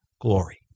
glory